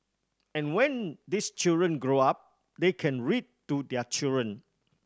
and when these children grow up they can read to their children